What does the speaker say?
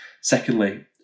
secondly